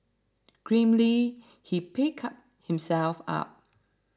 grimly he picked himself up